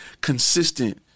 consistent